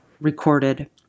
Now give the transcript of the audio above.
recorded